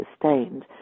sustained